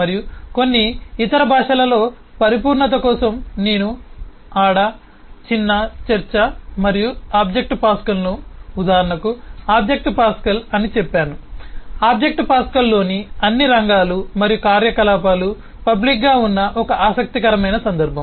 మరియు కొన్ని ఇతర భాషలలో పరిపూర్ణత కోసం నేను అడా చిన్న చర్చ మరియు ఆబ్జెక్ట్ పాస్కల్ను ఉదాహరణకు ఆబ్జెక్ట్ పాస్కల్ అని చెప్పాను ఆబ్జెక్ట్ పాస్కల్లోని అన్ని రంగాలు మరియు కార్యకలాపాలు పబ్లిక్గా ఉన్న ఒక ఆసక్తికరమైన సందర్భం